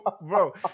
Bro